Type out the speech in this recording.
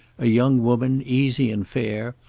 a young woman easy and fair,